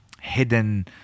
hidden